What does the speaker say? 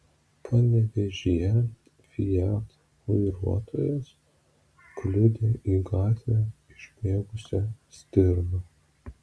panevėžyje fiat vairuotojas kliudė į gatvę išbėgusią stirną